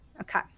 Okay